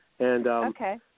Okay